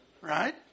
Right